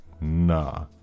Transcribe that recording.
nah